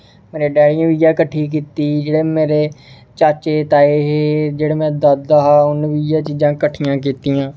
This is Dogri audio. मेरे डैडी ने बी इ'यै कट्ठी कीती जेह्डे़ मेरे चाचे ताए हे जेह्ड़ा मेरा दादा हा उ'न्ने बी इ'यै चीजां कट्ठिया कीतियां